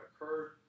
occurred